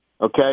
okay